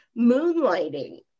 moonlighting